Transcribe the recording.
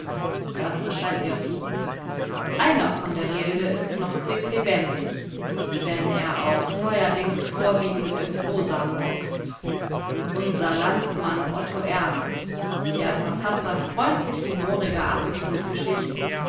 das ist ein irrtum einer von der gilde ist noch quicklebendig wenn er auch neuerdings vorwiegend in prosa murkst unser landsmann otto ernst der verfasser